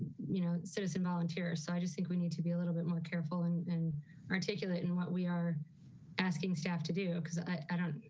you know citizen volunteer. so i just think we need to be a little bit more careful and and articulate and what we are asking staff to do because i don't